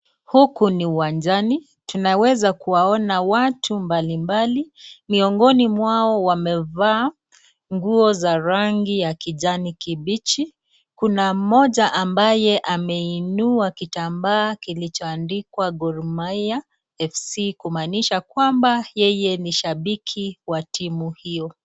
Huku ni uwanjani tunaweza kuona watu mbalimbali miongoni mwao wamevaa nguo za rangi ya kijani kibichi. Kuna mmoja ambaye ameinua kitambaa kilichoandikwa Gormahia FC kumanisha kwamba yeye ni shabiki ya timu hiyo.